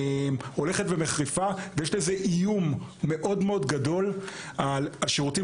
יש לזה איום מאוד מאוד גדול על השירותים